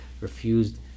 refused